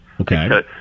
Okay